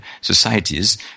societies